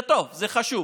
זה טוב, זה חשוב,